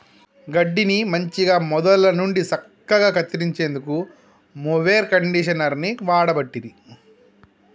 గడ్డిని మంచిగ మొదళ్ళ నుండి సక్కగా కత్తిరించేందుకు మొవెర్ కండీషనర్ని వాడబట్టిరి